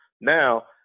Now